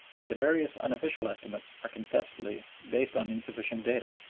and the various unofficial estimates are confessedly based on insufficient data,